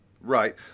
Right